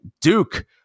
Duke